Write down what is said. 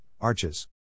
arches